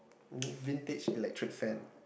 vintage electric fan